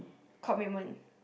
commitment